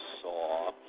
saw